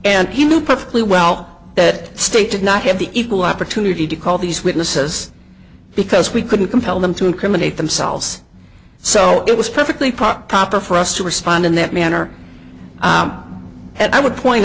and he knew perfectly well that state did not have the equal opportunity to call these witnesses because we couldn't compel them to incriminate themselves so it was perfectly proper proper for us to respond in that manner and i would point